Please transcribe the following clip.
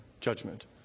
judgment